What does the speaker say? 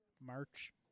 March